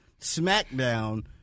SmackDown